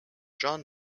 john